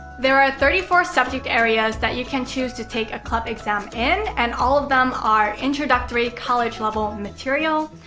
there are thirty four subject areas that you can choose to take a clep exam in and all of them are introductory college-level material.